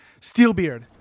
Steelbeard